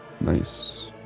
Nice